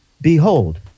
Behold